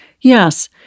Yes